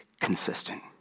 consistent